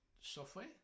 software